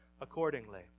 accordingly